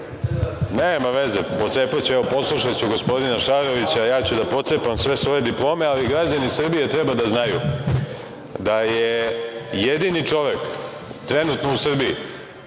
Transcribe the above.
Nema veze, pocepaću, poslušaću gospodina Šarovića, pocepaću sve svoje diplome, ali građani Srbije treba da znaju da je jedini čovek trenutno u Srbiji